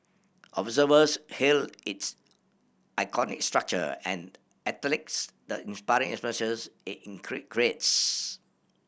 observers hailed its iconic structure and athletes the inspiring atmosphere it create greats